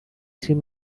three